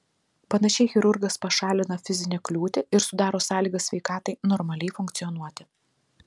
panašiai chirurgas pašalina fizinę kliūtį ir sudaro sąlygas sveikatai normaliai funkcionuoti